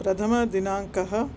प्रथमदिनाङ्कः